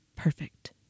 perfect